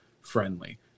friendly